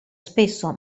spesso